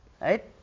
right